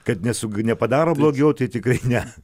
kad nesu nepadaro blogiau tai tiktai ne